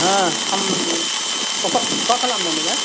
ᱟᱸ ᱟᱢ ᱚᱠᱟ ᱚᱠᱟ ᱠᱷᱚᱱᱮᱢ ᱢᱮᱱ ᱮᱫᱟ